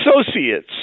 associates